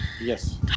Yes